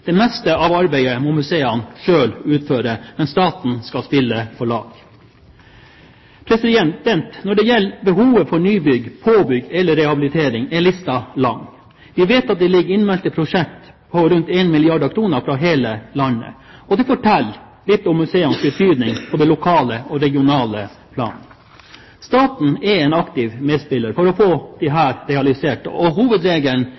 det meste av arbeidet må museene selv utføre, men staten skal spille på lag. Når det gjelder behovet for nybygg, påbygg eller rehabilitering, er lista lang. Vi vet at det ligger innmeldte prosjekter på rundt 1 milliard kr fra hele landet. Det forteller litt om museenes betydning på det lokale og regionale plan. Staten er en aktiv medspiller for å få disse realisert, og hovedregelen